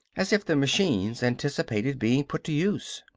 as if the machines anticipated being put to use.